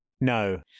no